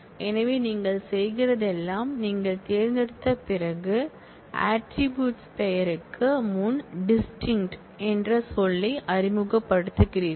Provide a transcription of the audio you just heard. எனவே நீங்கள் செய்கிறதெல்லாம் நீங்கள் தேர்ந்தெடுத்த பிறகு ஆட்ரிபூட்ஸ் க்கூறு பெயருக்கு முன்டிஸ்டின்க்ட என்கிற சொல்லை அறிமுகப்படுத்துகிறீர்கள்